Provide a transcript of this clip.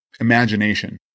Imagination